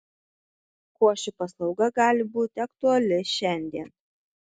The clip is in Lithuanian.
kuo ši paslauga gali būti aktuali šiandien